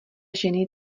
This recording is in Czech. ženy